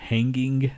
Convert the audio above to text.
Hanging